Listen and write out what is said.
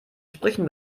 sprüchen